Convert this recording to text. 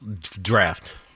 Draft